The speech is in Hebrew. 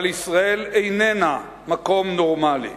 אבל ישראל איננה מקום נורמלי,